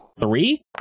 Three